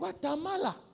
Guatemala